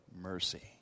mercy